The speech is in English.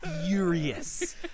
furious